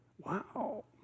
Wow